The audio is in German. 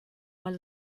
weil